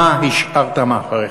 מה השארת אחריך,